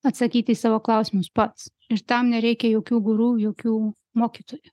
atsakyti į savo klausimus pats ir tam nereikia jokių guru jokių mokytojų